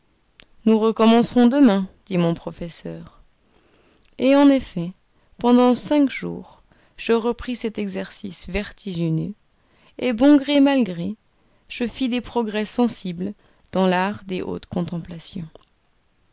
nous recommencerons demain dit mon professeur et en effet pendant cinq jours je repris cet exercice vertigineux et bon gré mal gré je fis des progrès sensibles dans l'art des hautes contemplations